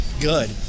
good